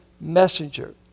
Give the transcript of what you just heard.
messenger